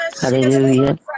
Hallelujah